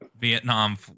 Vietnam